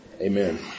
Amen